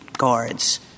Guards